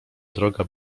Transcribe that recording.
droga